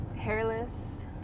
Hairless